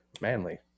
manly